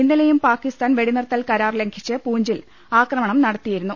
ഇന്നലെയും പാകിസ്താൻ വെടിനിർത്തൽ കരാർ ലംഘിച്ച് പൂഞ്ചിൽ ആക്രമണം നടത്തിയിരുന്നു